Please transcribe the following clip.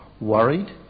worried